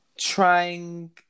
trying